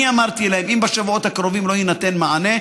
אני אמרתי להם, אם בשבועות הקרובים לא יינתן מענה,